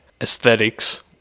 Aesthetics